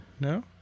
No